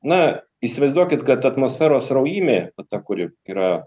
na įsivaizduokit kad atmosferos sraujymė va ta kuri yra